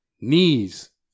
Knees